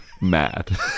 mad